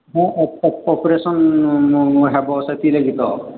ହଁ ଅପରେସନ୍ ହେବ ସେଥିଲାଗି ତ